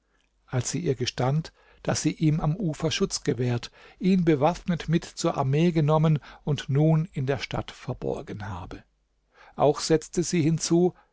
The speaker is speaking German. als sie ihr gestand daß sie ihm am ufer schutz gewährt ihn bewaffnet mit zur armee genommen und nun in der stadt verborgen habe auch setzte sie hinzu